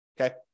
okay